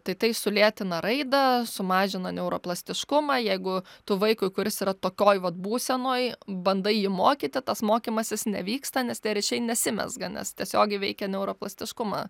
tai tai sulėtina raidą sumažina neuroplastiškumą jeigu tu vaikui kuris yra tokioj vat būsenoj bandai jį mokyti tas mokymasis nevyksta nes tie ryšiai nesimezga nes tiesiogiai veikia neuroplastiškumą